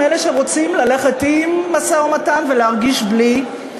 אלה שרוצים ללכת עם משא-ומתן ולהרגיש בלי,